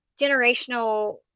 generational